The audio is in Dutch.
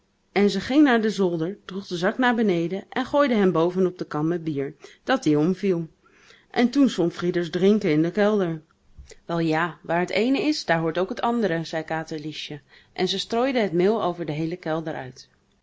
en ze ging naar den zolder droeg de zak naar beneden en gooide hem boven op de kan met bier dat die omviel en toen zwom frieder's drinken in de kelder wel ja waar het ééne is daar hoort ook het andere zei katerliesje en ze strooide het meel over de heele kelder uit